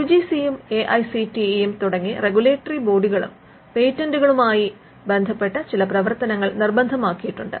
U G C യും A I C T E തുടങ്ങിയ regulatory ബോഡികളും പേറ്റന്റുകളുമായി ബന്ധപ്പെട്ട ചില പ്രവർത്തനങ്ങൾ നിർബന്ധമാക്കിയിട്ടുണ്ട്